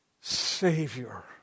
Savior